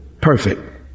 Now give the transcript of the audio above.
perfect